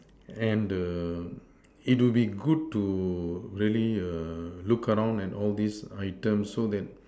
and it will be good to really look around at all these items so that